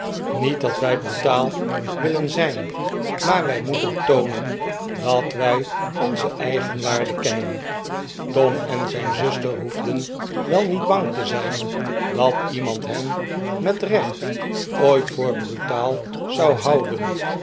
niet dat wij brutaal willen zijn maar wij moeten toonen dat wij onze eigenwaarde kennen tom en zijn zuster hoefden wel niet bang te zijn dat iemand hen met recht ooit voor brutaal zou houden